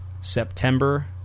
September